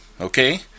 Okay